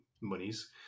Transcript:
monies